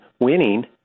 winning—